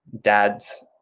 dad's